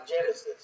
Genesis